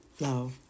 No